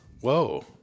Whoa